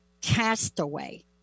castaway